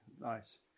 nice